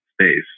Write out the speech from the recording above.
space